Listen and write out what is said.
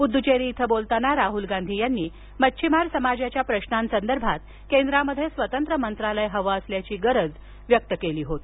पुदुचेरी इथं बोलताना राहुल गांधी यांनी मच्छिमार समाजाच्या प्रश्नांसंदर्भात केंद्रात स्वतंत्र मंत्रालयाची गरज असल्याचं मत व्यक्त केलं होतं